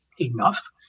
enough